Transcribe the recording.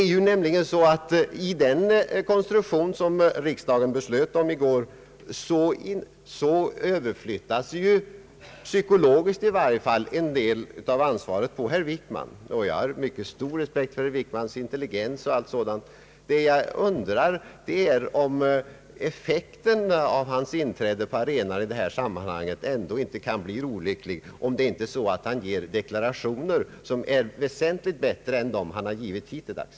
I den konstruktion som riksdagen beslöt i går överflyttas ju — psykologiskt i varje fall — en del av ansvaret på herr Wickman. Jag har mycket stor respekt för herr Wickmans intelligens och allt sådant, men jag undrar om effekten av hans inträde på arenan i detta sammanhang ändå inte kan bli olyckligt, om han inte ger deklarationer som är väsentligt bättre än de han har gett hittilldags.